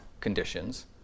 conditions